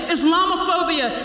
Islamophobia